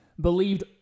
believed